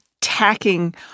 tacking